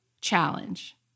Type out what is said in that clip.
challenge